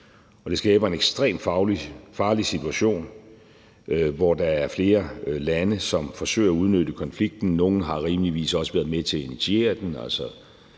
Det skaber en ekstremt farlig situation, hvor der er flere lande, som forsøger at udnytte konflikten. Nogle har rimeligvis også været med til at initiere den,